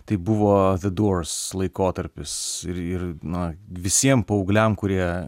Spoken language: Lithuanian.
tai buvo ve dors laikotarpis ir ir na visiem paaugliam kurie